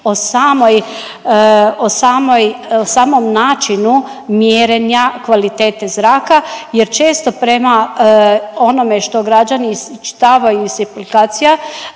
o samom načinu mjerenja kvalitete zraka. Jer često prema onome što građani iščitavaju iz aplikacija